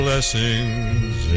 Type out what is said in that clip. Blessings